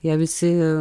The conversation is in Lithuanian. jie visi